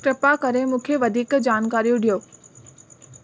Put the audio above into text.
कृपा करे मूंखे वधीक जानकारीयूं ॾियो